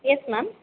yes ma'am